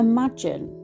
Imagine